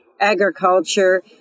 agriculture